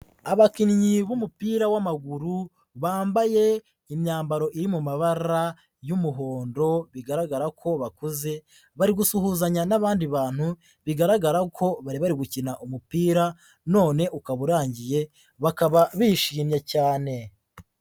Abakinnyi b'umupira w'amaguru, bambaye imyambaro iri mu mabara y'umuhondo, bigaragara ko bakuze. Bari gusuhuzanya n'abandi bantu, bigaragara ko bari bari gukina umupira none ukaba urangiye, bakaba bishimye cyane.